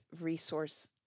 resource